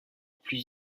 plus